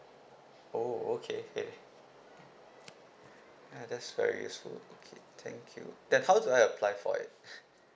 oh okay okay ya that's very useful okay thank you then how do I apply for it